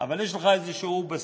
אבל יש לך איזשהו בסיס.